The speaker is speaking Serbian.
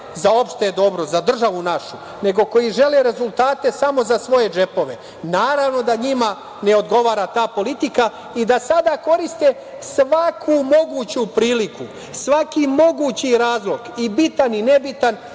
za opšte dobro, za državu našu, nego koji žele rezultate samo za svoje džepove, naravno da njima ne odgovara ta politika i da sada koriste svaku moguću priliku, svaki mogući razlog i bitan i nebitan